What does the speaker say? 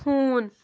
ہوٗن